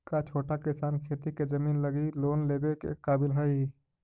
का छोटा किसान खेती के जमीन लगी लोन लेवे के काबिल हई?